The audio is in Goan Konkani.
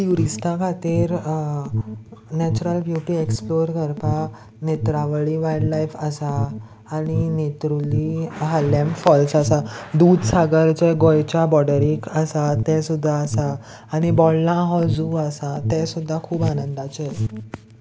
ट्युरिस्टां खातीर नेचरल ब्युटी एक्सप्लोर करपाक नेत्रावळी वायल्डलायफ आसा आनी नेतुर्ल्ली हाल्लेम फॉल्स आसा दूदसागर जे गोंयच्या बॉर्डरीक आसा तें सुद्दां आसा आनी बोंडला हो जू आसा ते सुद्दां खूब आनंदाचे